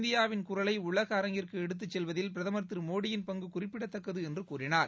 இந்தியாவின் குரலை உலக அரங்கிற்கு எடுத்து செல்வதில் பிரதமர் திரு மோடியின் பங்கு குறிப்பிடத்தக்கது என்று கூறினார்